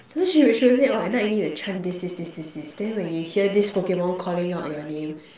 so she would she would say oh at night you will need to chant this this this this this then you will hear this Pokemon calling out your name